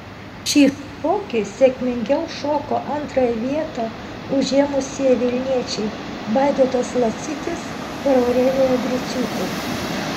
šį šokį sėkmingiau šoko antrąją vietą užėmusieji vilniečiai vaidotas lacitis ir aurelija griciūtė